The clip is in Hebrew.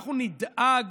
אנחנו נדאג,